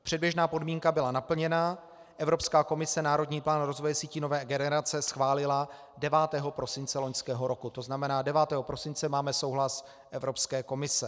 Předběžná podmínka byla naplněna, Evropská komise národní plán rozvoje sítí nové generace schválila 9. prosince loňského roku, to znamená, 9. prosince máme souhlas Evropské komise.